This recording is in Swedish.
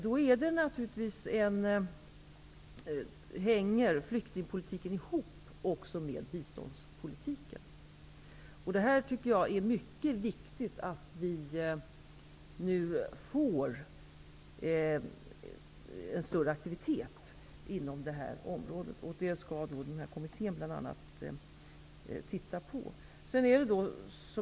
Då hänger flyktingpolitiken också ihop med biståndspolitiken. Det är mycket viktigt att vi nu får en större aktivitet inom detta område. Detta skall den här kommittén bl.a. titta på.